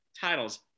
titles